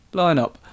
line-up